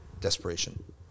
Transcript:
desperation